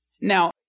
Now